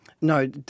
No